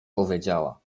powiedziała